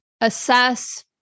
assess